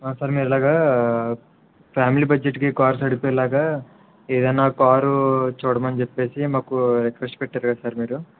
ఆ సార్ మీరిలాగా ఫ్యామిలీ బడ్జెట్కి కాస్ట్ అడిగితే ఇలాగ ఏదైనా కార్ చూడమని చెప్పేసి మాకు రిక్వెస్ట్ పెట్టారు కదా సార్ మీరు